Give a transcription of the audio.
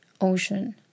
ocean